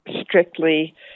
strictly